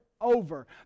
over